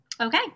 Okay